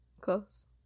Close